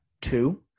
two